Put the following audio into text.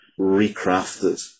recrafted